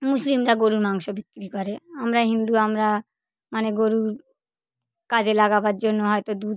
মুসলিমরা গরুর মাংস বিক্রি করে আমরা হিন্দু আমরা মানে গরু কাজে লাগাবার জন্য হয়তো দুধ